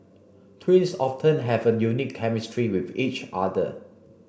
twins often have a unique chemistry with each other